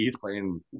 playing